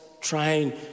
trying